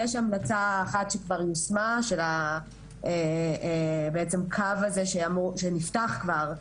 יש המלצה אחת שכבר יושמה והיא בעצם הקו הזה שנפתח כבר,